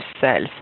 cells